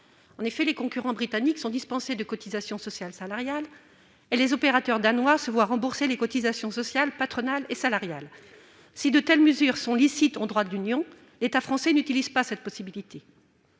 En effet, les concurrents britanniques sont dispensés de cotisations sociales salariales, et les opérateurs danois se voient rembourser les cotisations sociales patronales et salariales. Si de telles mesures sont licites au regard du droit de l'Union européenne, l'État français n'y a pas recours.